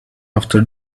after